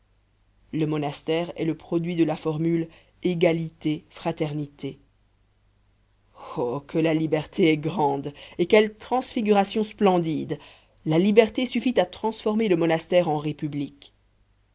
le monastère est le produit de la formule égalité fraternité oh que la liberté est grande et quelle transfiguration splendide la liberté suffit à transformer le monastère en république